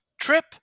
Trip